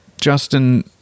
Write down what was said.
justin